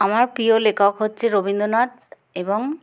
আমার প্রিয় লেখক হচ্ছে রবীন্দ্রনাথ এবং